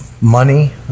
money